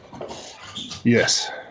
Yes